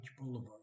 Boulevard